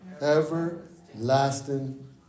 everlasting